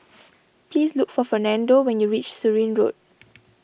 please look for Fernando when you reach Surin Road